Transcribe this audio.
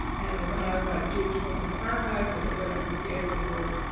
and was honored by the jewish women's archive with the women who dared award,